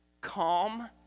calm